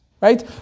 right